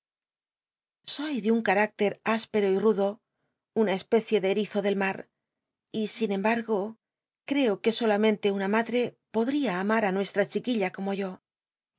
soy de un carácter áspero y rudo una especie de erizo del ma t y sin embaq o c reo que solamente una madre podría amar á nuestra chiquilla corno yo